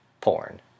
porn